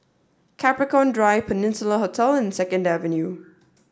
Capricorn Drive Peninsula Hotel and Second Avenue